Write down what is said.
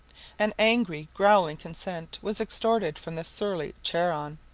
an angry growling consent was extorted from the surly charon,